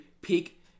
peak